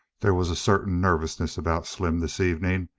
there was a certain nervousness about slim this evening,